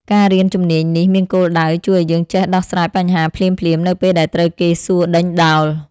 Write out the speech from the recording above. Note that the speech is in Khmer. ការរៀនជំនាញនេះមានគោលដៅជួយឱ្យយើងចេះដោះស្រាយបញ្ហាភ្លាមៗ នៅពេលដែលត្រូវគេសួរដេញដោល។